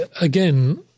again